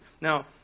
Now